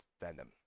venom